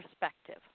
perspective